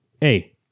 hey